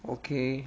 okay